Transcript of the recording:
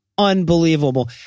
Unbelievable